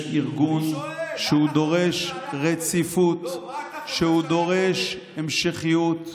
יש ארגון שהוא דורש רציפות, שהוא דורש המשכיות.